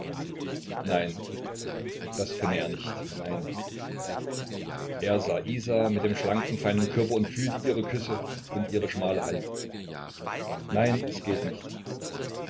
nein das könne er nicht nein er sah isa mit dem schlanken feinen körper und fühlte ihre küsse und ihre schmale hand nein es geht nicht